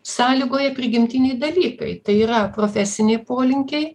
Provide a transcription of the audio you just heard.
sąlygoja prigimtiniai dalykai tai yra profesiniai polinkiai